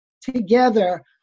together